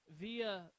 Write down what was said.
via